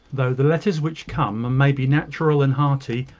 though the letters which come may be natural and hearty,